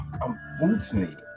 unfortunately